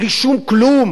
בלי שום כלום,